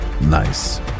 Nice